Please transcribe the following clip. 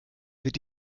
wird